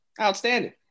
outstanding